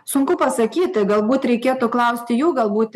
sunku pasakyti galbūt reikėtų klausti jų galbūt